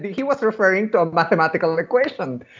but he was referring to a mathematical equation.